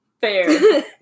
Fair